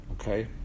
okay